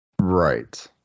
Right